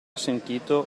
sentito